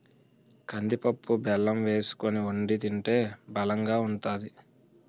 కందిపప్పు బెల్లం వేసుకొని వొండి తింటే బలంగా ఉంతాది